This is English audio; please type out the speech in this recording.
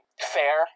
fair